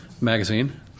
magazine